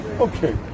Okay